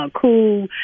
cool